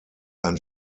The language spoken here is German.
ein